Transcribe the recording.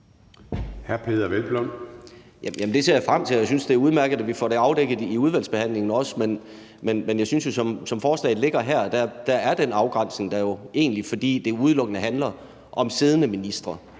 Peder Hvelplund (EL): Det ser jeg frem til, og jeg synes, det er udmærket, at vi også får det afdækket i udvalgsbehandlingen. Men jeg synes, at som forslaget ligger her, er den afgrænsning der jo egentlig, fordi det udelukkende handler om siddende ministre.